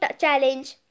challenge